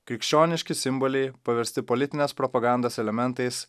krikščioniški simboliai paversti politinės propagandos elementais